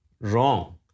Wrong